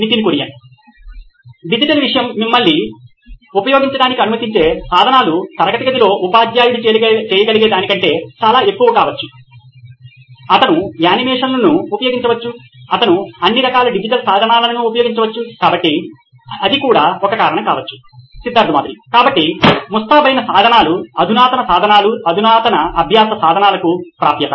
Nitin Kurian COO నోయిన్ electronics digital విషయము మిమ్మల్ని ఉపయోగించడానికి అనుమతించే సాధనాలు తరగతి గదిలో ఉపాధ్యాయుడు చేయగలిగే దానికంటే చాలా ఎక్కువ కావచ్చు అతను యానిమేషన్లను ఉపయోగించవచ్చు అతను అన్ని రకాల డిజిటల్ సాధనాలను ఉపయోగించవచ్చు కాబట్టి అది కూడా ఒక కారణం కావచ్చు సిద్ధార్థ్ మాతురి CEO నోయిన్ ఎలక్ట్రానిక్స్ కాబట్టి ముస్తాబైన సాధనాలు అధునాతన సాధనాలు అధునాతన అభ్యాస సాధనాలకు ప్రాప్యత